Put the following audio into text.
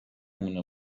مونه